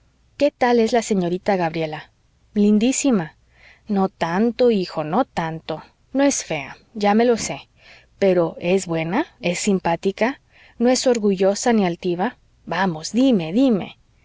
qué tal es la señorita gabriela lindísima no tanto hijo no tanto no es fea ya me lo sé pero es buena es simpática no es orgullosa ni altiva vamos dime dime